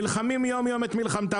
שנלחמים יום-יום את מלחמתם,